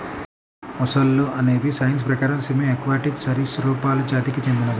మొసళ్ళు అనేవి సైన్స్ ప్రకారం సెమీ ఆక్వాటిక్ సరీసృపాలు జాతికి చెందినవి